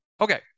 Okay